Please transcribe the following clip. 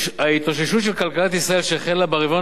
ההתאוששות של כלכלת ישראל שהחלה ברבעון